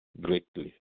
greatly